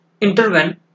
Intervene